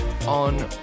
on